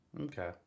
okay